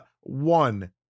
one